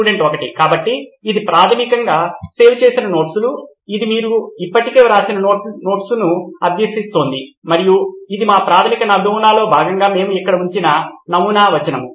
student 1 కాబట్టి ఇది ప్రాథమికంగా సేవ్ చేసిన నోట్స్లు ఇది మీరు ఇప్పటికే వ్రాసిన నోట్స్ను అభ్యసిస్తోంది మరియు ఇది మా ప్రాథమిక నమూనాలో భాగంగా మేము ఇక్కడ ఉంచిన నమూనా వచనం